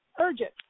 urgent